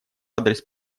адрес